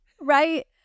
right